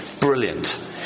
Brilliant